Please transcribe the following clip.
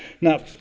Now